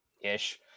ish